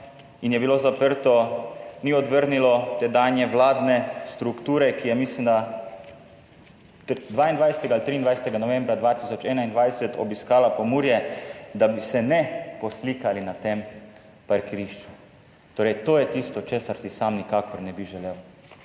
in je bilo zaprto, ni odvrnilo tedanje vladne strukture, ki je, mislim, da 22. ali 23. novembra 2021 obiskala Pomurje, da bi se ne poslikala na tem parkirišču. Torej, to je tisto, česar si sam nikakor ne bi želel.